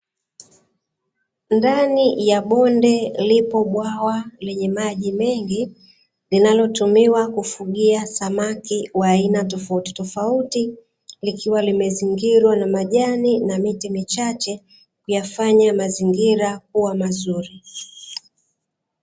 Ndani ya bonde lipo bwawa lenye maji mengi linalotumiwa kufugia samaki wa aina tofautitofauti likiwa limezingira na majani na miti michache kuyafanya mazingira kuwa mazuri.